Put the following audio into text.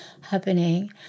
happening